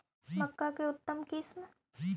मक्का के उतम किस्म?